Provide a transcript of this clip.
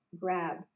grab